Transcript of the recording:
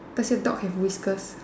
does your dog have whiskers